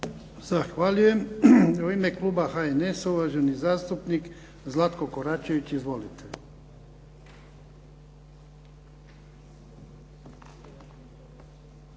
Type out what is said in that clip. Hvala